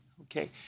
okay